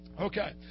Okay